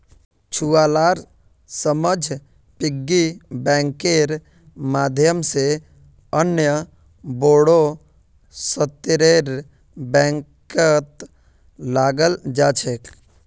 छुवालार समझ पिग्गी बैंकेर माध्यम से अन्य बोड़ो स्तरेर बैंकत लगाल जा छेक